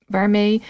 Waarmee